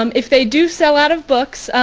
um if they do sell out of books,